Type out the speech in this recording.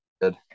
Good